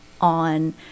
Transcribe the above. on